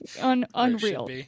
Unreal